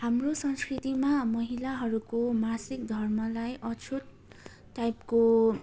हाम्रो संस्कृतिमा महिलाहरूको मासिक धर्मलाई अछुत टाइपको